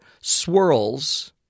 swirls